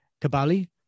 Kabali